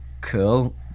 cool